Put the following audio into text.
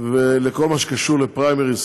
בכל מה שקשור לפריימריז,